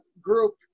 group